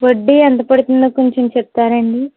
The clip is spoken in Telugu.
వడ్డీ ఎంత పడుతుందో కొంచం చెప్తారా అండి